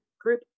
group